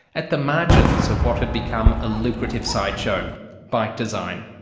at the margins of what had become a lucrative sideshow bike design.